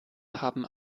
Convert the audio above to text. haben